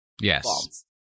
Yes